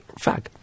fag